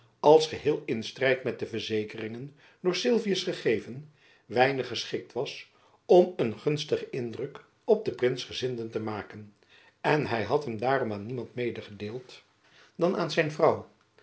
als geheel in strijd met de verzekeringen door sylvius gegeven weinig geschikt was om een gunstigen indruk op de prinsgezinden te maken en hy had hem daarom aan niemand medegedeeld dan aan zijn vrouw